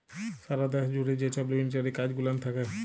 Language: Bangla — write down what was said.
সারা দ্যাশ জ্যুড়ে যে ছব মিলিটারি কাজ গুলান থ্যাকে